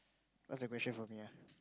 what's the question for me ah